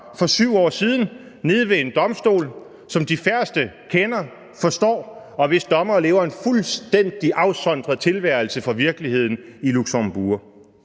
for 7 år siden nede ved en domstol, som de færreste kender og forstår, og hvis dommere lever en fuldstændig afsondret tilværelse fra virkeligheden i Luxembourg.